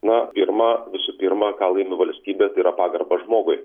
na pirma visų pirma ką laimi valstybė tai yra pagarbą žmogui